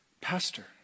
pastor